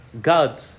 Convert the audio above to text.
God